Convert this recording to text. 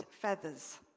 feathers